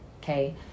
okay